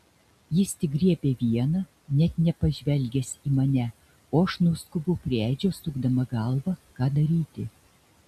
jis tik griebia vieną net nepažvelgęs į mane o aš nuskubu prie edžio sukdama galvą ką daryti